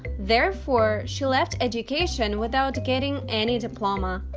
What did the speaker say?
therefore, she left education without getting any diploma.